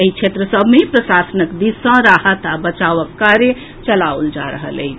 एहि क्षेत्र सभ मे प्रशासनक दिस सॅ राहत आ बचावक कार्य चलाओल जा रहल अछि